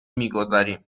میگذاریم